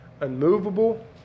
unmovable